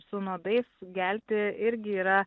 su nuodais gelti irgi yra